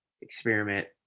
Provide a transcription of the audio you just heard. experiment